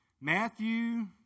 Matthew